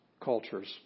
cultures